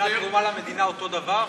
תרומה למדינה אותו דבר?